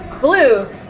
blue